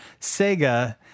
Sega